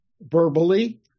verbally